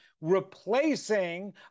replacing